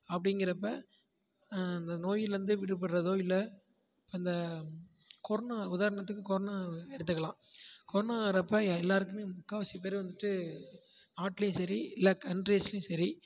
அப்டிங்கிறப்ப அந்த நோயிலேருந்து விடுபடுகிறதோ இல்லை அந்த கொர்னா உதாரணத்துக்கு கொர்னா எடுத்துக்குலாம் கொர்னா வரப்போ எல்லோருக்குமே முக்கால்வாசி பேர் வந்துட்டு நாட்டிலயும் சரி இல்லை கண்ட்ரீஸ்லயும் சரி